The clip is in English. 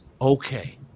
okay